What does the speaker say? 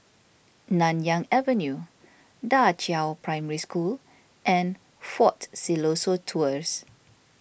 Nanyang Avenue Da Qiao Primary School and fort Siloso Tours